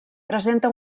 presenta